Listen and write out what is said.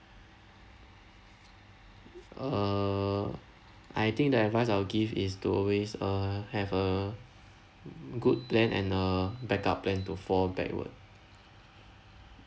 err I think the advice I'll give is to always err have a good plan and a backup plan to fall backward